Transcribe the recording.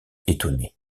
étonnés